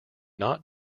not